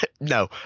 No